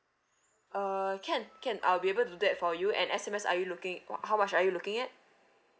uh can can I'll be able to do that for you and S_M_S are you looking ho~ how much are you looking at